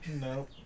No